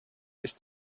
ist